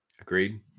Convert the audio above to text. Agreed